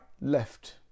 left